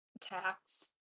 tax